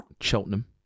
Cheltenham